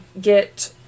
get